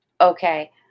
okay